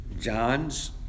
John's